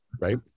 Right